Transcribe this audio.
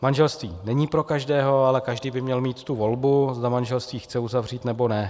Manželství není pro každého, ale každý by měl mít tu volbu, zda manželství chce uzavřít, nebo ne.